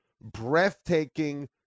breathtaking